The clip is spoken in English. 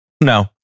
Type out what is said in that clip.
No